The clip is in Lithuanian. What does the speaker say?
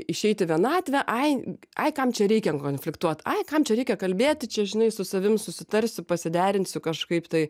išeit į vienatvę ai ai kam čia reikia konfliktuot ai kam čia reikia kalbėti čia žinai su savim susitarsiu pasiderinsiu kažkaip tai